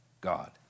God